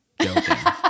joking